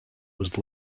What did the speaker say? was